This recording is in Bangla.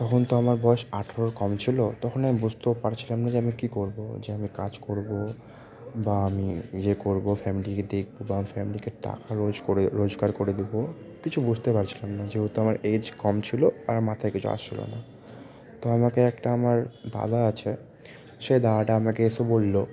তখন তো আমার বয়স আঠেরোর কম ছিল তখন আমি বুঝতেও পারছিলাম না যে আমি কী করবো যে আমি কাজ করবো বা আমি ইয়ে করবো ফ্যামিলিকে দেখবো বা আমি ফ্যামিলিকে টাকা রোজ করে রোজগার করে দেবো কিছু বুঝতে পারছিলাম না যেহেতু আমার এজ কম ছিলো আর মাথায় কিছু আসছিলো না তো আমাকে একটা আমার দাদা আছে সেই দাদাটা আমাকে এসে বললো